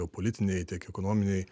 politiniai tiek ekonominiai